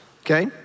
okay